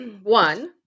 One